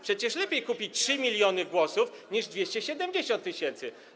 Przecież lepiej kupić 3 mln głosów niż 270 tys.